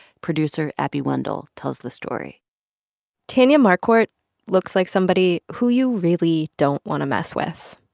producer abby wendle tells the story tanya marquardt looks like somebody who you really don't want to mess with.